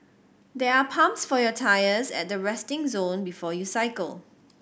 there are pumps for your tyres at the resting zone before you cycle